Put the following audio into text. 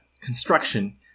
construction